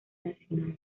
nacional